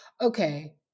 okay